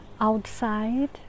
outside